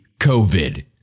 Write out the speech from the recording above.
COVID